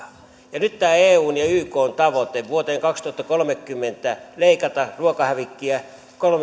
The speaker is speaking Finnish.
nyt tämä eun ja ykn tavoite vuoteen kaksituhattakolmekymmentä leikata ruokahävikkiä